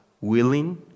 willing